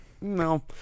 no